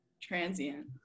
transient